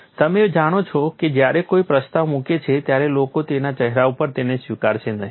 તમે જાણો છો કે જ્યારે કોઈ પ્રસ્તાવ મૂકે છે ત્યારે લોકો તેના ચહેરા ઉપર તેને સ્વીકારશે નહીં